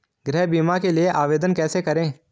गृह बीमा के लिए आवेदन कैसे करें?